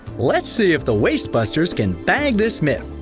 let's see if the wastebusters can bag this myth.